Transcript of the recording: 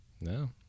No